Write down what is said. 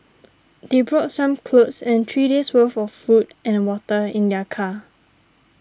they brought some clothes and three days worth of food and water in their car